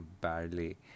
badly